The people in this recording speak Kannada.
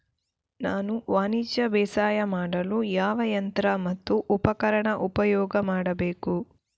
ನಾನು ವಾಣಿಜ್ಯ ಬೇಸಾಯ ಮಾಡಲು ಯಾವ ಯಂತ್ರ ಮತ್ತು ಉಪಕರಣ ಉಪಯೋಗ ಮಾಡಬೇಕು?